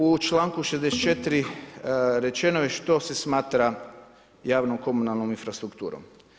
U članku 64. rečeno je što se smatra javnom komunalnom infrastrukturom.